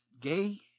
gay